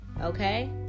Okay